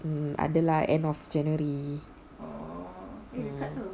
mm ada lah end of january